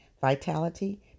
vitality